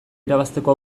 irabazteko